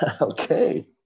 Okay